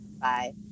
Bye